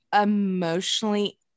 emotionally